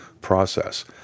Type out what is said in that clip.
process